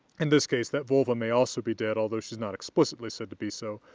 in this case that volva may also be dead, although she's not explicitly said to be so,